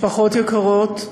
משפחות יקרות,